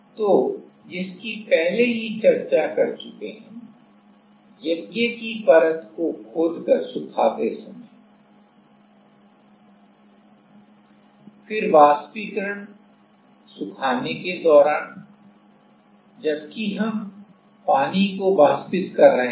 तो जिसकी पहले ही चर्चा कर चुके हैं यज्ञ की परत खोदकर सुखाते समय फिर वाष्पीकरण सुखाने के दौरान जबकि हम पानी को वाष्पित कर रहे हैं